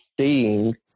seeing